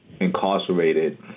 incarcerated